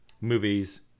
movies